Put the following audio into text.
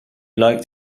liked